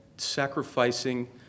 sacrificing